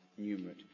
numerate